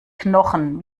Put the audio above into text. knochen